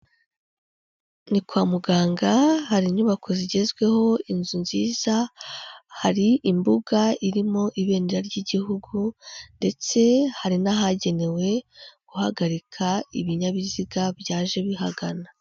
Ni kwa muganga hari inyubako zigezweho, inzu nziza, hari imbuga irimo ibendera ry'Igihugu ndetse hari n'ahagenewe guhagarika ibinyabiziga byaje bihagana.